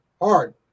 Hard